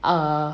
err